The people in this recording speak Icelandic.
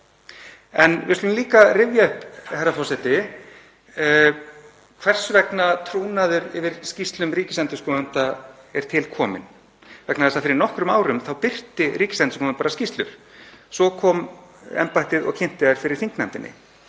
En við skulum líka rifja upp, herra forseti, hvers vegna trúnaður yfir skýrslum ríkisendurskoðanda er til kominn. Fyrir nokkrum árum birti Ríkisendurskoðun bara skýrslur, svo kom embættið og kynnti þær fyrir þingnefndinni.